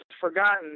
forgotten